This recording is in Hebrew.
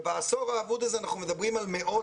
ובעשור האבוד הזה אנחנו מדברים על מאות,